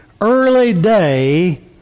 early-day